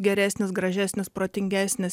geresnis gražesnis protingesnis